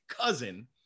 cousin